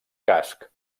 casc